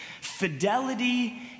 Fidelity